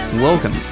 Welcome